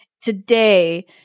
today